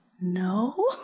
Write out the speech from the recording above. no